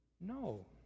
No